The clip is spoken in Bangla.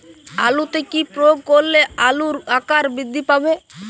আলুতে কি প্রয়োগ করলে আলুর আকার বৃদ্ধি পাবে?